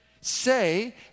say